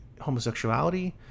homosexuality